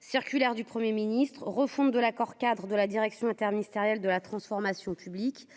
circulaire du Premier Ministre refonte de l'accord-cadre de la Direction interministérielle de la transformation publique